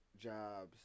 jobs